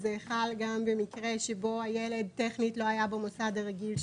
שזה חל גם במקרה שבו הילד טכנית לא היה במוסד הרגיל שלו.